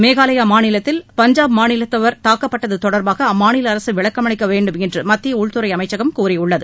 மேகாலயா மாநிலத்தில் பஞ்சாப் மாநிலத்தவர் தாக்கப்பட்டது தொடர்பாக அம்மாநில அரசு விளக்கமளிக்க வேண்டுமென்று மத்திய உள்துறை அமைச்சகம் கூறியுள்ளது